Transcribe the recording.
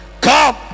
Come